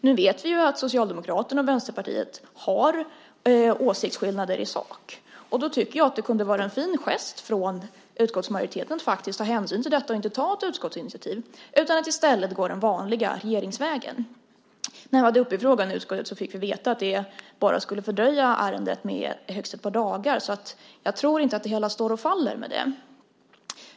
Nu vet vi att Socialdemokraterna och Vänsterpartiet har åsiktsskillnader i sak, och då tycker jag att det kunde vara en fin gest från utskottsmajoriteten att faktiskt ta hänsyn till detta och inte ta ett utskottsinitiativ utan i stället gå den vanliga regeringsvägen. När vi hade frågan uppe i utskottet fick vi veta att detta skulle fördröja ärendet med bara högst ett par dagar. Jag tror alltså inte att det hela står och faller med det.